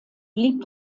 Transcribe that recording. blieb